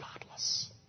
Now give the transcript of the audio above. godless